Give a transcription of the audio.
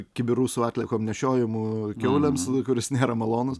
kibirų su atliekom nešiojamų kiaulėms nu kuris nėra malonus